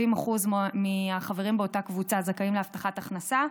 70% מהחברים באותה קבוצה זכאים להבטחת הכנסה.